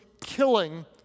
killing